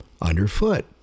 underfoot